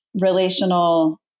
relational